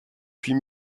huit